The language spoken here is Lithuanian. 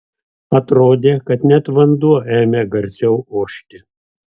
atrodė kad net vanduo ėmė garsiau ošti